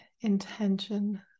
intention